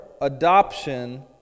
adoption